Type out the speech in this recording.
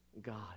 God